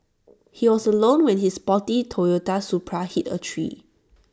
he was alone when his sporty Toyota Supra hit A tree